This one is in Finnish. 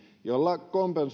joilla